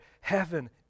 heaven